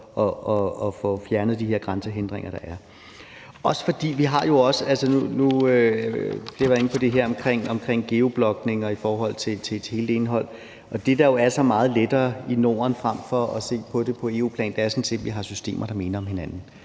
og får fjernet de grænsehindringer, der er. Vi har været inde på det her omkring geoblocking og hele det indhold, og det, der jo er så meget lettere i Norden frem for på EU-plan, er sådan set, at vi har systemer, der minder om hinanden,